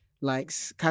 likes